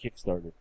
Kickstarter